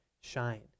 shine